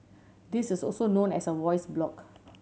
this is also known as a voice blog